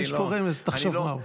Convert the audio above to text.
יש פה רמז, תחשוב גם.